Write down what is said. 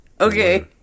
Okay